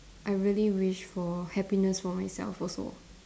I really wish for happiness for myself also